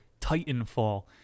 Titanfall